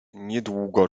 niedługo